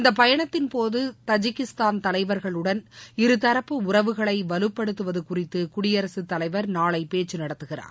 இந்த பயணத்தின் போது தஜிகிஸ்தான் தலைவர்களுடன் இருதரப்பு உறவுகளை வலுப்படுத்துவது குறித்து குடியரசுத்தலைவர் நாளை பேச்சு நடத்துகிறார்